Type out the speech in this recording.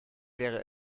wäre